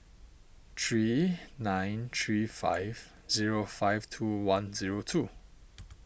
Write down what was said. three nine three five zero five two one zero two